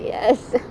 yes